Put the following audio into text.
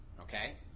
Okay